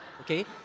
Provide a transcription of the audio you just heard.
okay